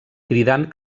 cridant